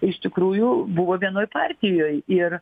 iš tikrųjų buvo vienoj partijoj ir